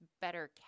better